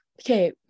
Okay